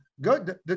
Good